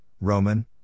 Roman